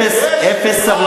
מאיפה שמעת,